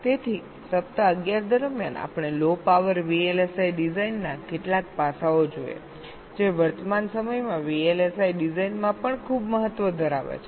તેથી સપ્તાહ 11 દરમિયાન આપણે લો પાવર VLSI ડિઝાઇનના કેટલાક પાસાઓ જોયા જે વર્તમાન સમયમાં VLSI ડિઝાઇનમાં પણ ખૂબ મહત્વ ધરાવે છે